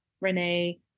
Renee